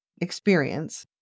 experience